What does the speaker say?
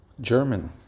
German